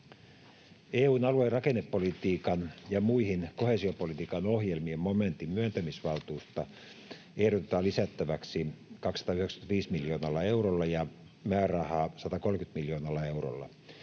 EU:n alue- ja rakennepolitiikan ja muiden koheesiopolitiikan ohjelmien momentin myöntämisvaltuutta ehdotetaan lisättäväksi 295 miljoonalla eurolla ja määrärahaa 130 miljoonalla eurolla.